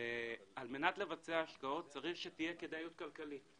שעל מנת לבצע השקעות צריך שתהיה כדאיות כלכלית.